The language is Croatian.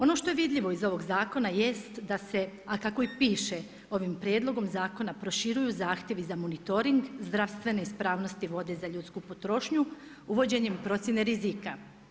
Ono što je vidljivo iz ovog zakona, je da se, a kako i piše ovim prijedlogom zakona proširuju zahtjevi za monitoring, zdravstvene ispravnosti vode za ljudsku potrošnju, uvođenjem procjene rizika.